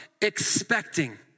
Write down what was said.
expecting